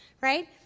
right